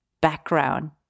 background